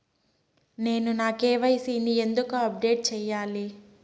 నేను నా కె.వై.సి ని ఎందుకు అప్డేట్ చెయ్యాలి?